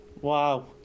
Wow